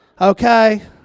Okay